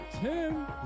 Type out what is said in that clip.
Tim